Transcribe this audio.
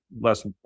less